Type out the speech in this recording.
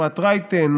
אפרת רייטן,